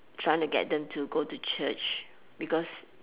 trying to get them to go to church because